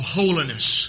holiness